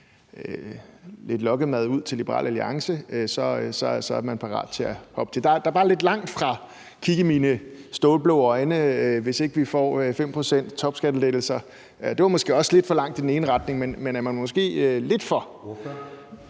lidt lokkemad ud til Liberal Alliance, så er de parate til at springe til. Der er bare lidt langt fra »kig i mine stålblå øjne – hvis ikke vi får 5 pct. topskattelettelser«, og det er måske også lidt for langt i den ene retning, men man er måske lidt for